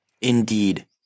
Indeed